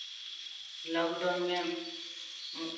lockdown में